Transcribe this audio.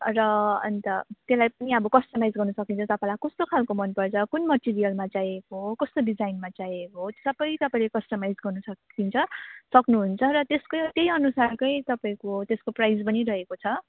र अन्त त्यसलाई पनि अब कस्टमाइज गर्न सकिन्छ तपाईँलाई कस्तो खालको मनपर्छ कुन मटेरियलमा चाहिएको हो कस्तो डिजाइनमा चाहिएको हो सबै तपाईँले कस्टमाइज गर्नु सकिन्छ सक्नुहुन्छ र त्यसकै त्यहीअनुसारकै तपाईँको त्यसको प्राइस पनि रहेको छ